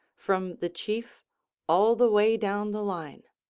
from the chief all the way down the line.